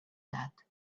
that